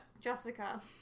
Jessica